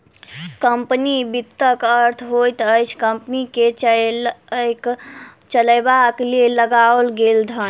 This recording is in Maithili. कम्पनी वित्तक अर्थ होइत अछि कम्पनी के चलयबाक लेल लगाओल गेल धन